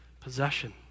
possession